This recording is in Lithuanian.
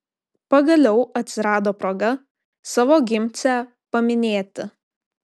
pagaliau atsirado proga savo gimcę paminėti